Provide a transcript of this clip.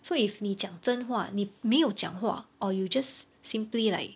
so if 你讲真话你没有讲话 or you just simply like